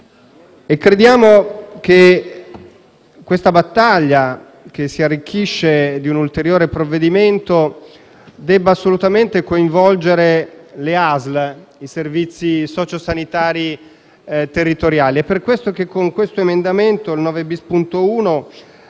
Crediamo che questa battaglia, che si arricchisce di un ulteriore provvedimento, debba assolutamente coinvolgere le ASL e i servizi socio-sanitari territoriali. È per questo che, con l'emendamento 9-*bis*.1,